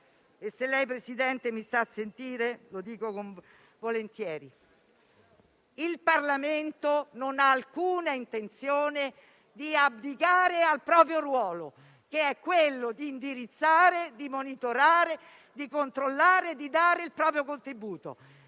il Parlamento non ha alcuna intenzione di abdicare al proprio ruolo, che è quello di indirizzare, monitorare, controllare e dare il proprio contributo.